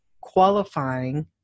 qualifying